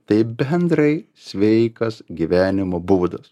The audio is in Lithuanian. tai bendrai sveikas gyvenimo būdas